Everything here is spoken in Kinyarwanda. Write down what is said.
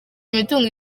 imitungo